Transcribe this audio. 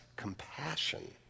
compassion